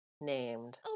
named